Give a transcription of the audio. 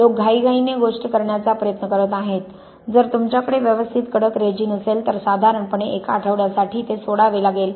लोक घाईघाईने गोष्टी करण्याचा प्रयत्न करत आहेत जर तुमच्याकडे व्यवस्थित कडक रेजिन असेल तर साधारणपणे एका आठवड्यासाठी ते सोडावे लागेल